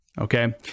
Okay